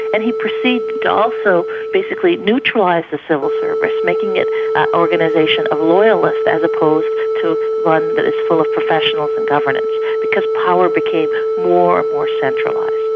and he proceeded also basically neutralise the civil service, making it an organisation of loyalists as opposed to one that is full of professionals in governance, because power became more and more centralised.